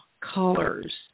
colors